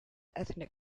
ethnic